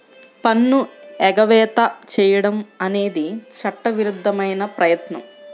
పన్ను ఎగవేత చేయడం అనేది చట్టవిరుద్ధమైన ప్రయత్నం